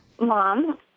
Mom